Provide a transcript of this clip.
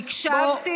היא לא התנצלה.